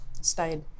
stayed